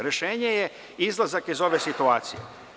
Rešenje je izlazak iz ove situacije.